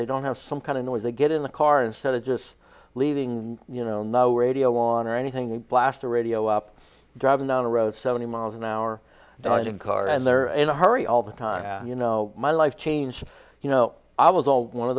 they don't have some kind of noise they get in the car instead of just leaving you know no radio on or anything and blast the radio up driving down a road seventy miles an hour dining car and they're in a hurry all the time you know my life changed you know i was all one of